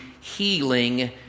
healing